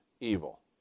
evil